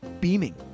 beaming